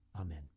Amen